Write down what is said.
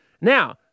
now